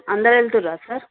అందరు వెళుతుర్రా సార్